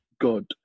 god